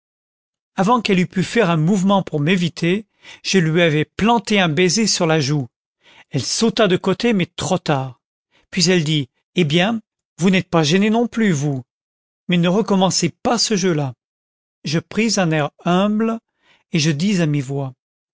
avant qu'elle eût pu faire un mouvement pour m'éviter je lui avais planté un bon baiser sur la joue elle sauta de côté mais trop tard puis elle dit eh bien vous n'êtes pas gêné non plus vous mais ne recommencez pas ce jeu-là je pris un air humble et je dis à mi-voix